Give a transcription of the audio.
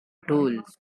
tools